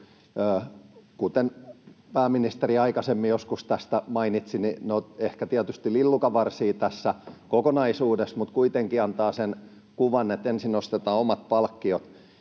Kuten pääministeri joskus aikaisemmin tästä mainitsi, niin ne ovat tietysti ehkä lillukanvarsia tässä kokonaisuudessa mutta kuitenkin antavat sen kuvan, että ensin nostetaan omat palkkiot,